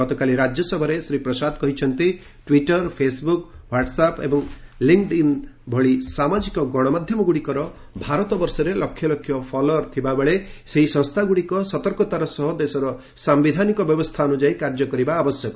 ଗତକାଲି ରାଜ୍ୟସଭାରେ ଶ୍ରୀ ପ୍ରସାଦ କହିଛନ୍ତି ଟ୍ୱିଟର ଫେସ୍ବୁକ୍ ହ୍ୱାଟସ୍ଆପ୍ ଏବଂ ଲିଙ୍କ୍ଡ ଇନ୍ ଭଳି ସାମାଜିକ ଗଣମାଧ୍ୟମଗୁଡ଼ିକର ଭାରତ ବର୍ଷରେ ଲକ୍ଷ ଲକ୍ଷ ଫଲୋଅର୍ ଥିବାବେଳେ ସେହି ସଂସ୍ଥାଗୁଡ଼ିକ ସତର୍କତାର ସହ ଦେଶର ସାୟିଧାନିକ ବ୍ୟବସ୍ଥା ଅନୁଯାୟୀ କାର୍ଯ୍ୟ କରିବା ଆବଶ୍ୟକ